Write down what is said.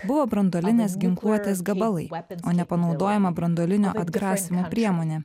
buvo branduolinės ginkluotės gabalai o ne panaudojama branduolinio atgrasymo priemonė